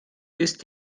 ist